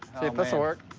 see if this will work